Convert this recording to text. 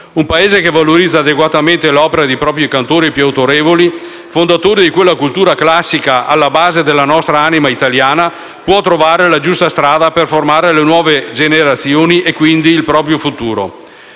Un Paese che valorizza adeguatamente l'opera dei propri cantori più autorevoli, fondatori di quella cultura classica alla base della nostra anima italiana, può trovare la giusta strada per formare le nuove generazioni e, quindi, il proprio futuro.